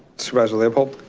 supervisor leopold.